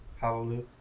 Hallelujah